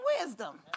wisdom